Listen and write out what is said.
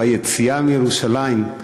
ביציאה מירושלים,